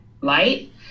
light